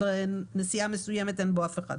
אם בנסיעה מסוימת אין בו אף אחד.